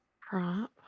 Prop